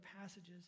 passages